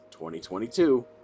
2022